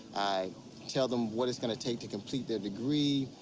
i tell them what it's gonna take to complete their degree,